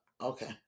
okay